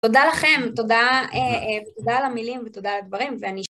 תודה לכם, תודה, תודה על המילים ותודה על הדברים ואני